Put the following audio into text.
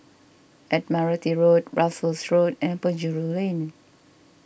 Admiralty Road Russels Road and Penjuru Lane